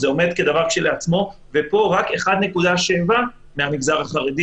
זה מדבר בשם עצמו, ופה רק 1.7% מהמגזר החרדי.